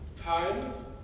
Times